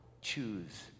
choose